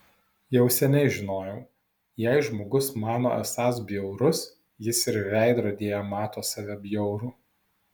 jau seniai žinojau jei žmogus mano esąs bjaurus jis ir veidrodyje mato save bjaurų